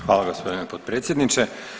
Hvala gospodine potpredsjedniče.